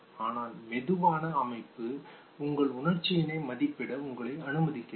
ஆனால் மெதுவான அமைப்பு உங்கள் உணர்ச்சியினை மதிப்பிட உங்களை அனுமதிக்கிறது